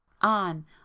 On